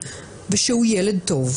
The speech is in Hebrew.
תחלואה כפולה.